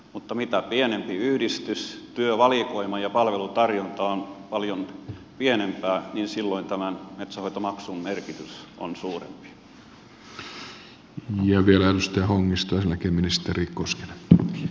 mutta mitä pienempi yhdistys sitä pienempää työvalikoima ja palvelutarjonta ja silloin tämän metsänhoitomaksun merkitys on suurempi